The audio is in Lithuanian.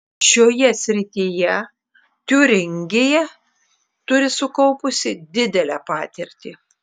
šioje srityje tiūringija turi sukaupusi didelę patirtį